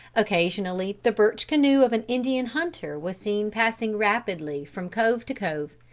occasionally the birch canoe of an indian hunter was seen passing rapidly from cove to cove,